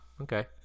okay